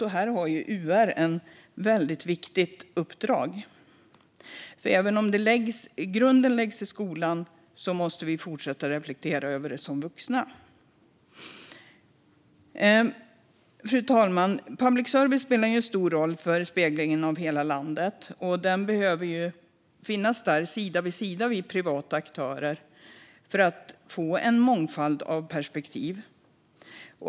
Och här har UR ett väldigt viktigt uppdrag. För även om grunden läggs i skolan måste man fortsätta reflektera över detta som vuxen. Fru talman! Public service spelar en stor roll för speglingen av hela landet, och den behöver finnas där sida vid sida med de privata aktörerna för att få en mångfald av perspektiv.